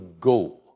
go